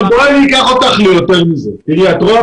כן.